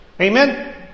Amen